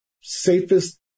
safest